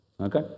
Okay